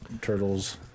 turtles